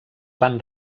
van